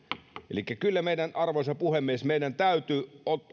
elikkä kyllä meidän arvoisa puhemies täytyy